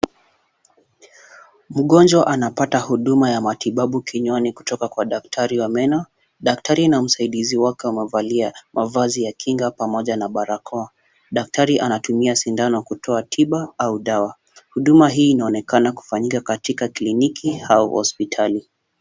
Mgonjwa anapata huduma ya matibabu kinywani kutoka kwa daktari wa meno. Daktari na msaidizi wake wamevalia mavazi ya kinga pamoja na barakoa. Daktari anatumia sindano kutoa tiba au dawa. Huduma hii inaonekana kufanyika katika kliniki au hospitali.